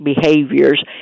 behaviors